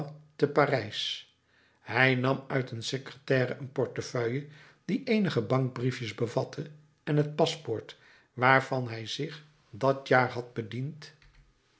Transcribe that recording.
te parijs hij nam uit een secretaire een portefeuille die eenige bankbriefjes bevatte en het paspoort waarvan hij zich dat jaar had bediend